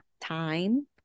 time